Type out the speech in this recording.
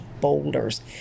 boulders